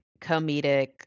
comedic